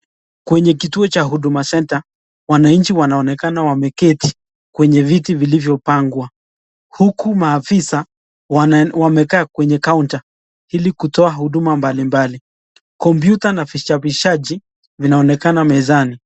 Kwenye kituo cha Huduma (cs,)Center (cs),wananchi wanaonekana wameketi kwenye viti vilivyo pangwa, huku maafisa wamekaa kwenye (cs) counter (cs) ili kutoka huduma mbalimbali Kompyuta na vichapishaji vinaonekana mezani.